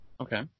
okay